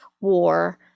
war